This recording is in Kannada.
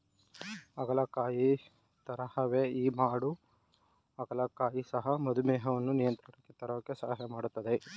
ಹಾಗಲಕಾಯಿ ತರಹವೇ ಈ ಮಾಡ ಹಾಗಲಕಾಯಿ ಸಹ ಮಧುಮೇಹವನ್ನು ನಿಯಂತ್ರಣಕ್ಕೆ ತರೋಕೆ ಸಹಾಯ ಮಾಡ್ತದೆ